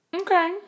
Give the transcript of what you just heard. Okay